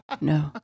no